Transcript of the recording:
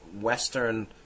Western